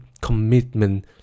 commitment